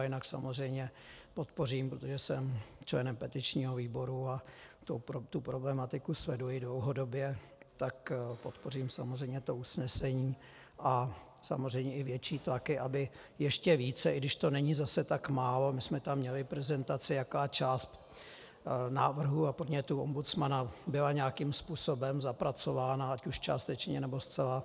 Jinak samozřejmě to podpořím, protože jsem členem petičního výboru a tu problematiku sleduji dlouhodobě, tak podpořím samozřejmě to usnesení a samozřejmě i větší tlaky, aby ještě více, i když to není zas až tak málo, my jsme tam měli prezentaci, jaká část návrhů a podnětů ombudsmana byla nějakým způsobem zapracována, ať už částečně, nebo zcela.